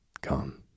Come